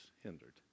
hindered